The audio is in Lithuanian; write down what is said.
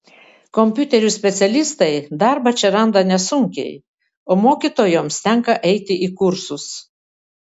kompiuterių specialistai darbą čia randa nesunkiai o mokytojoms tenka eiti į kursus